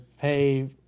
pay